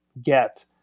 get